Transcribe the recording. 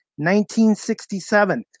1967